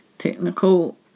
technical